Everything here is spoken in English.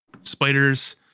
spiders